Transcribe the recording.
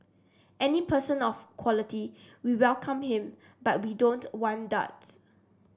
any person of quality we welcome him but we don't want duds